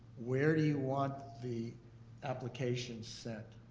where do you want the applications sent?